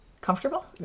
comfortable